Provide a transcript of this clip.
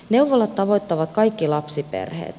neuvolat tavoittavat kaikki lapsiperheet